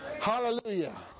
Hallelujah